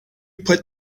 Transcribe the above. put